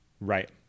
Right